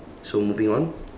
so moving on